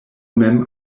mem